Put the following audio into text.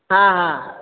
हा हा